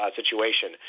situation